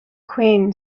queen